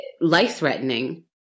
life-threatening